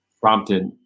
prompted